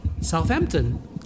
Southampton